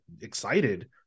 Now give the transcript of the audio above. excited